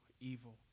evil